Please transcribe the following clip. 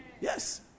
Yes